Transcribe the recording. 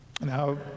Now